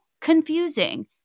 confusing